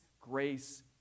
Grace